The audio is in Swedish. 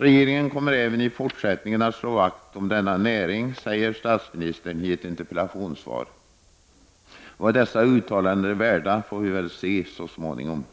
”Regeringen kommer även fortsättningsvis att slå vakt om denna näring”, säger statsministern i ett interpellationssvar. Vad dessa uttalanden är värda får vi väl se så småningom.